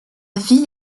ville